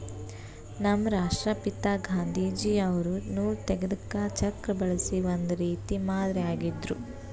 ನಮ್ ರಾಷ್ಟ್ರಪಿತಾ ಗಾಂಧೀಜಿ ಅವ್ರು ನೂಲ್ ತೆಗೆದಕ್ ಚಕ್ರಾ ಬಳಸಿ ಒಂದ್ ರೀತಿ ಮಾದರಿ ಆಗಿದ್ರು